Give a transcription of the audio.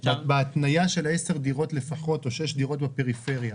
בהתניה של 10 דירות לפחות או 6 דירות בפריפריה,